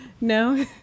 No